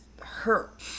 hurt